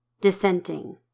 Dissenting